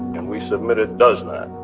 and we submit it does not,